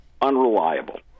unreliable